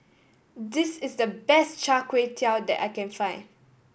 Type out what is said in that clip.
this is the best Char Kway Teow that I can find